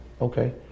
okay